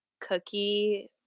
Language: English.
cookie